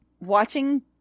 watching